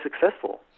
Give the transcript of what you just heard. successful